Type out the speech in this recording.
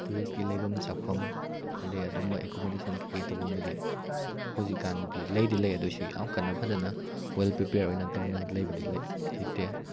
ꯇꯨꯔꯤꯁꯀꯤ ꯂꯩꯐꯝ ꯆꯥꯐꯝ ꯑꯗꯨꯗꯩ ꯑꯗꯨꯒꯨꯝꯕ ꯑꯦꯀꯣꯃꯣꯗꯦꯁꯟ ꯀꯩꯀꯩ ꯇꯧꯐꯝꯒꯤꯗꯤ ꯍꯧꯖꯤꯛ ꯀꯥꯟꯗꯤ ꯂꯩꯗꯤ ꯂꯩ ꯑꯗꯨ ꯑꯣꯏꯔꯁꯨ ꯌꯥꯝ ꯀꯟꯅ ꯐꯖꯅ ꯋꯦꯜ ꯄ꯭ꯔꯤꯄꯦꯌꯔ ꯑꯣꯏꯅ ꯇꯧꯅ ꯂꯩꯕꯗꯤ ꯂꯩꯇꯦ